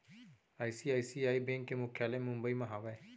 ICICI के bank मुख्यालय मुंबई म हावय